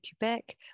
Quebec